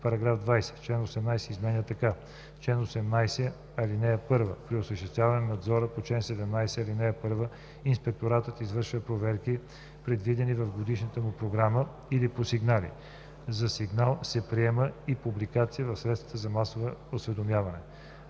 § 20. Член 18 се изменя така: „Чл. 18. (1) При осъществяване на надзора по чл. 17, ал. 1 инспекторатът извършва проверки, предвидени в годишната му програма или по сигнали. За сигнал се приема и публикация в средствата за масово осведомяване.